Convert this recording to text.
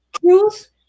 truth